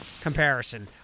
comparison